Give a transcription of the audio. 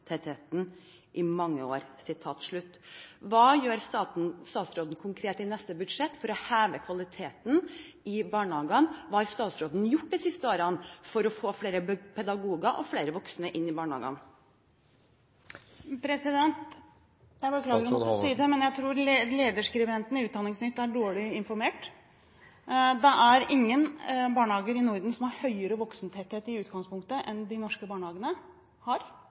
i mange år.» Hva gjør statsråden konkret i neste budsjett for å heve kvaliteten i barnehagene, og hva har statsråden gjort de siste årene for å få flere pedagoger og flere voksne inn i barnehagene? Jeg beklager å måtte si det, men jeg tror lederskribenten i Utdanning er dårlig informert. Ingen barnehager i Norden har i utgangspunktet høyere voksentetthet enn de norske barnehagene. Vi ligger foran både Sverige, Danmark og Finland i voksentetthet, og vi har